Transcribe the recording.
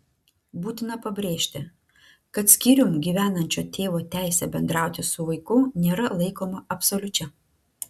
būtina pabrėžti kad skyrium gyvenančio tėvo teisė bendrauti su vaiku nėra laikoma absoliučia